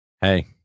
Hey